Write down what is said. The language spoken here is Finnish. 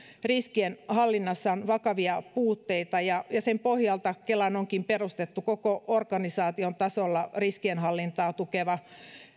riskienhallinnassa on vakavia puutteita ja sen pohjalta kelaan onkin perustettu koko organisaation tasolla riskienhallintaa tukeva